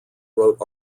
wrote